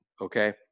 okay